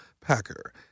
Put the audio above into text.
Packer